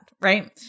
right